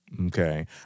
Okay